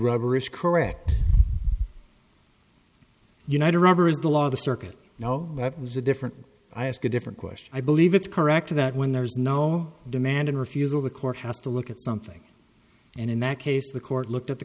rubber is correct united rubber is the law of the circuit now that was a different i ask a different question i believe it's correct that when there is no demand in refusal the court has to look at something and in that case the court looked at the